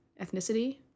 ethnicity